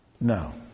No